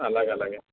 అలాగే అలాగే